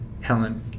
Helen